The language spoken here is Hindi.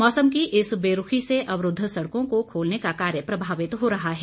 मौसम की इस बेरूखी से अवरूद्व सड़कों को खोलने का कार्य प्रभावित हो रहा है